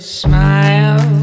smile